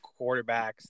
quarterbacks